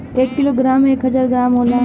एक kilogram में एक हजार ग्राम होला